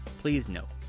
please note,